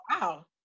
wow